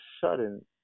sudden